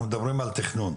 אנחנו מדברים על תכנון.